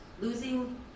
losing